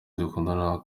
dukunda